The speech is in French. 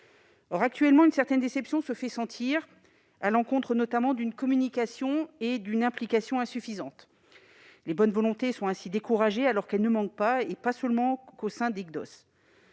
Or, actuellement, une certaine déception se fait sentir, compte tenu notamment d'une communication et d'une implication insuffisantes. Les bonnes volontés sont ainsi découragées, alors qu'elles ne manquent pas, et pas seulement au sein des CDOS.